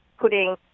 putting